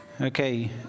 Okay